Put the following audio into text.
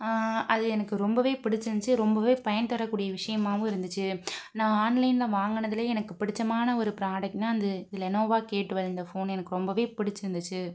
அது எனக்கு ரொம்பவே பிடிச்சிருந்துச்சி ரொம்பவே பயன் தரக்கூடிய விஷியமாகவும் இருந்துச்சு நான் ஆன்லைன்ல வாங்குனதிலயே எனக்கு பிடிச்சமான ஒரு ப்ராடெக்ட்னால் அது லெனோவா கே டுவெல் இந்த ஃபோன் எனக்கு ரொம்பவே பிடிச்சிருந்துச்சி